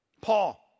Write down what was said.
Paul